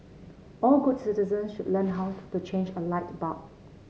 all good citizens should learn how to change a light bulb